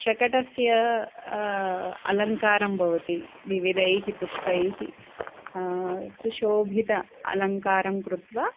शकटस्य अलङ्कारं भवति विविधैः पुष्पैः सुशोभितम् अलङ्कारं कृत्वा